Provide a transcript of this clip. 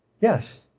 Yes